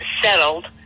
settled